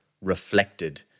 reflected